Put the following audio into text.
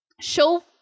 show